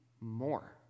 more